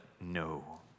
no